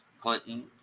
Clinton